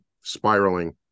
spiraling